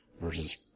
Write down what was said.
versus